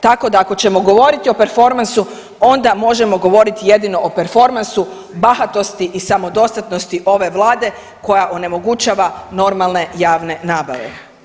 Tako da ako ćemo govoriti o performansu, onda možemo govoriti jedino o performansu bahatosti i samodostatnosti ove Vlade koja onemogućava normalne javne nabave.